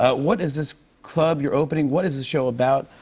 ah what is this club you're opening? what is this show about?